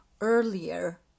earlier